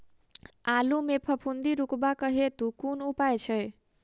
आलु मे फफूंदी रुकबाक हेतु कुन उपाय छै?